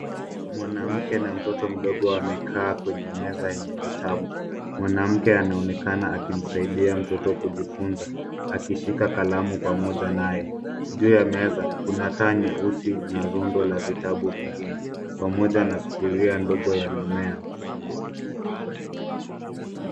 Mwanamke na mtoto mdogo wamekaa kwenye meza yenye vitabu, mwanamke anaonekana akimsaidia mtoto kujifunza akishika kalamu pamoja naye. Juu ya meza kuna taa nyeusi na rundo ya vitabu vingine, pamoja na sufuria ndogo ya mimea.